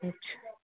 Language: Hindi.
अच्छा